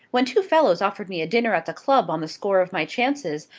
when two fellows offered me a dinner at the club on the score of my chances,